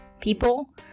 people